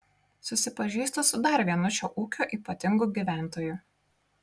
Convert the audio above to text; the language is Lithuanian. susipažįstu su dar vienu šio ūkio ypatingu gyventoju